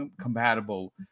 compatible